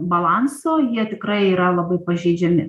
balanso jie tikrai yra labai pažeidžiami